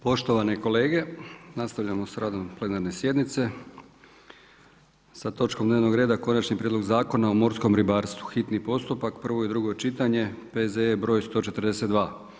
Poštovane kolege, nastavljamo s radom plenarne sjednice sa točkom dnevnog reda: 4. Konačni prijedlog Zakona o morskom ribarstvu, hitni postupak, prvo i drugo čitanje, P.Z. br. 142.